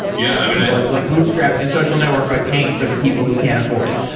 yeah i mean i like like bootstrapping a social network by paying for the people who can't afford it.